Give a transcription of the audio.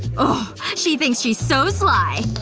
ohhh she thinks she's so sly